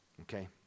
Okay